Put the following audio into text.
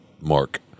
Mark